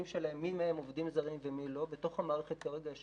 מי מהם עובדים זרים ומי לא שבתוך המערכת כרגע יש